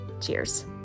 Cheers